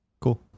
Cool